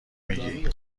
میگی